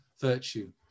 virtue